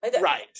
Right